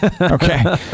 Okay